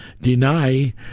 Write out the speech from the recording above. deny